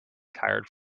tired